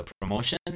promotion